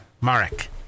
Marek